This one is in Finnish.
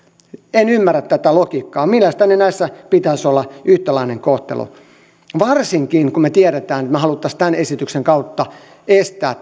en ymmärrä tätä logiikkaa mielestäni näissä pitäisi olla yhtäläinen kohtelu varsinkin kun me tiedämme että me haluaisimme tämän esityksen kautta estää